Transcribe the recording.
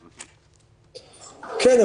כן.